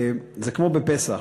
זה כמו בפסח.